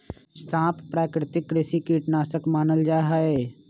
सांप प्राकृतिक कृषि कीट नाशक मानल जा हई